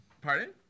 Pardon